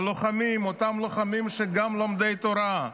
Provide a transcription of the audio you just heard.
הלוחמים, אותם לוחמים שהם גם לומדי תורה,